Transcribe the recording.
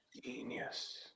Genius